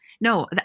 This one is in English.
No